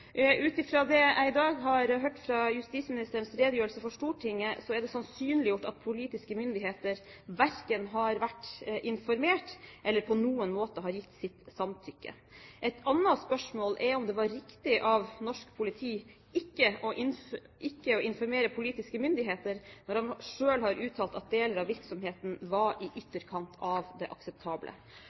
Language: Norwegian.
Ut fra det jeg i dag har hørt fra justisministerens redegjørelse for Stortinget, er det sannsynliggjort at politiske myndigheter verken har vært informert eller på noen måte har gitt sitt samtykke. Et annet spørsmål er om det var riktig av norsk politi ikke å informere politiske myndigheter, når man selv har uttalt at deler av virksomheten var i ytterkant av det akseptable.